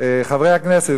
חברי הכנסת,